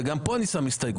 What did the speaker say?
וגם כאן אני שם הסתייגות,